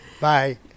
Bye